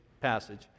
passage